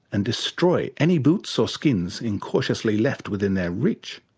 and destroy any boots or skins incautiously left within their reach.